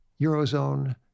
Eurozone